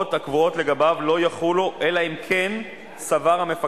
שבמהותם הם שירותים של מתן אשראי לספק